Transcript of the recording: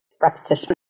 repetition